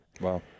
Wow